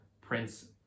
prince